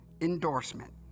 endorsement